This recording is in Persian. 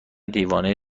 دیوانه